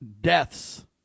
deaths